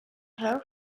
her